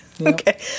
Okay